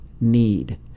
need